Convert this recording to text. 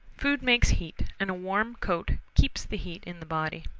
food makes heat and a warm coat keeps the heat in the body.